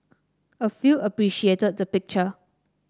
a few appreciated the picture